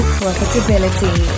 profitability